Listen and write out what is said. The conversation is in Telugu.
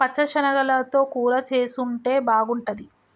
పచ్చ శనగలతో కూర చేసుంటే బాగుంటది